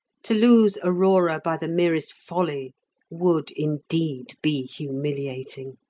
to lose aurora by the merest folly would, indeed, be humiliating.